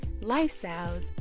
lifestyles